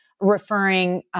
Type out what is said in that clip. referring –